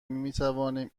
میتوانیم